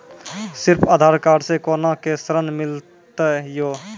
सिर्फ आधार कार्ड से कोना के ऋण मिलते यो?